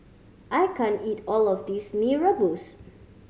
I can't eat all of this Mee Rebus